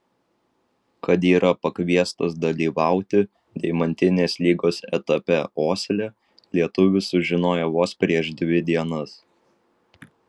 kad yra pakviestas dalyvauti deimantinės lygos etape osle lietuvis sužinojo vos prieš dvi dienas